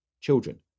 children